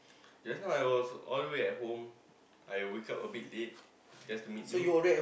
just now I was all the way at home I wake up a bit late just to meet you